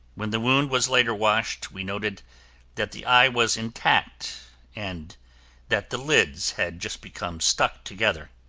when the wound was later washed, we noted that the eye was intact and that the lids had just become stuck together.